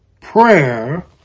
prayer